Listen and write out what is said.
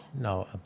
No